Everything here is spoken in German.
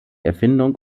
erfindung